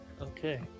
Okay